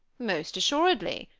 most assuredly,